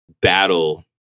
battle